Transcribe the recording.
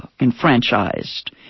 enfranchised